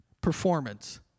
performance